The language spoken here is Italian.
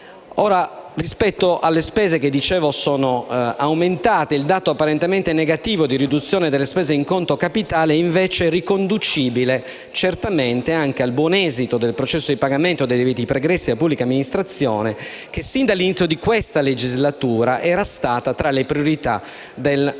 Ora, rispetto alle spese, che - come dicevo - sono aumentate, il dato apparentemente negativo di riduzione delle spese in conto capitale è invece riconducibile certamente al buon esito del processo di pagamento dei debiti pregressi della pubblica amministrazione, che, sin dall'inizio di questa legislatura, era stato tra le priorità del nostro